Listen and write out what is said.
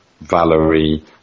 Valerie